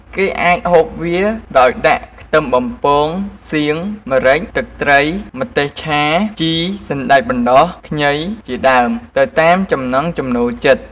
គេអាចហូបវាដោយដាក់ ខ្ទឹមបំពង សៀង ម្រេច ទឹកត្រី ម្ទេសឆា ជី សណ្តែកបណ្តុះ ខ្ញី ជាដើមទៅតាមចំណង់ចំណូលចិត្ត។